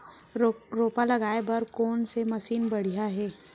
रोपा लगाए बर कोन से मशीन बढ़िया हे?